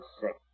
sick